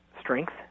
strength